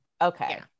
Okay